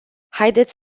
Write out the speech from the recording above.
haideți